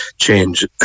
change